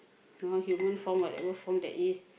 you know human form whatever form there is